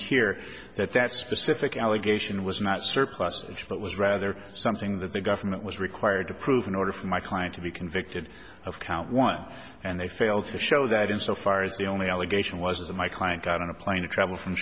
here that that specific allegation was not surplus that was rather something that the government was required to prove in order for my client to be convicted of count one and they failed to show that insofar as the only allegation was that my client got on a plane to travel from